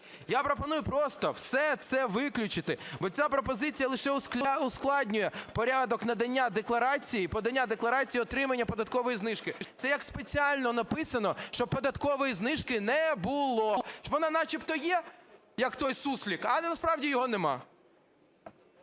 Я пропоную просто все це виключити, бо ця пропозиція лише ускладнює порядок надання декларації, подання декларації і отримання податкової знижки. Це як спеціально написано, щоб податкової знижки не було, щоб вона начебто є, як той суслик, але насправді його нема.